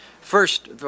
First